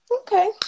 Okay